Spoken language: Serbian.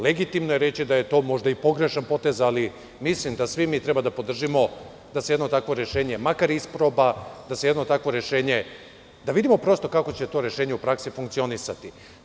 Legitimno je reći da je to možda i pogrešan potez ali mislim da svi mi treba da podržimo da se jedno takvo rešenje makar isproba, da se jedno takvo rešenje, da prosto vidimo kako će to rešenje u praksi funkcionisati.